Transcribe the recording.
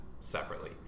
separately